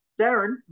Darren